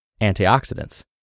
antioxidants